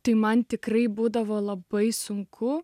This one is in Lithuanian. tai man tikrai būdavo labai sunku